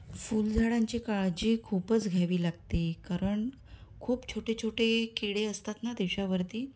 फुलझाडांची काळजी खूपच घ्यावी लागते करण खूप छोटे छोटे किडे असतात ना त्याच्यावरती